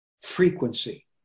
frequency